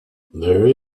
there